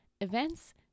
events